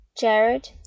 Jared